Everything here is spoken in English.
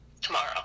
tomorrow